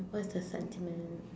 what is the sentimental